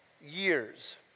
years